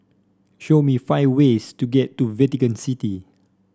show me five ways to get to Vatican City